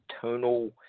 tonal